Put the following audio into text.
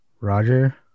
Roger